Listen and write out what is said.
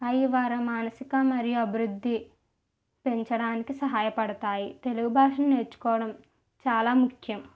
అది వారి మానసిక మరియు అభివృద్ధి పెంచడానికి సహాయపడతాయి తెలుగు భాషను నేర్చుకోవడం చాలా ముఖ్యం